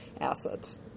assets